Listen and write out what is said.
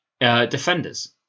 defenders